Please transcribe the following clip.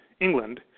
England